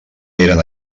eren